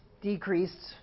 decreased